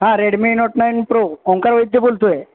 हां Redmi Note nine Pro Omkar Vaidya बोलतो आहे